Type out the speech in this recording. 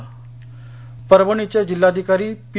परभणी परभणीचे जिल्हाधिकारी पी